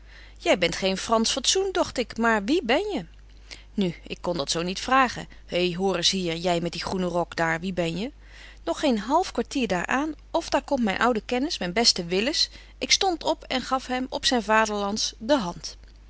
jy bent geen fransch fatsoen dogt ik maar wie ben je nu ik kon dat zo niet vragen hei hoor eens hier jy met die groene rok daar wie ben je nog geen half kwartier daar aan of daar komt myn oude kennis myn beste willis ik stond op en gaf hem op zyn vaderlands de hand